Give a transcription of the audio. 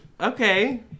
okay